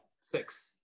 six